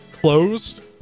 closed